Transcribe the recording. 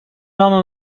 home